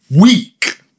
weak